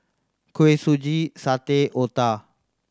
Kuih Suji satay otah